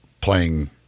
playing